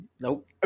Nope